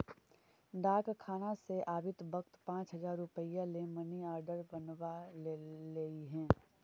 डाकखाना से आवित वक्त पाँच हजार रुपया ले मनी आर्डर बनवा लइहें